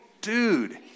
dude